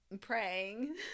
Praying